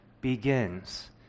begins